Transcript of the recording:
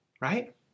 right